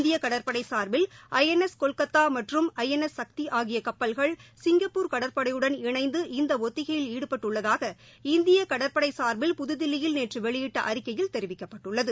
இந்தியகடற்படைசார்பில் I N S கொல்கத்தாமற்றும் N S சக்திஆகியகப்பல்கள் Singapore கடற்படையுடன் இணைந்து இந்தஒத்திகையில் ஈடுபட்டுள்ளதாக இந்தியகடற்படைசார்பில் புதுதில்லியில் நேற்றுவெளியிட்டஅறிக்கையில் தெரிவிக்கப்பட்டுள்ளது